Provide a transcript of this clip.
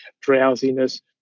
drowsiness